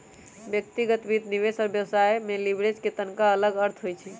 व्यक्तिगत वित्त, निवेश और व्यवसाय में लिवरेज के तनका अलग अर्थ होइ छइ